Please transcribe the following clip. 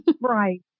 Right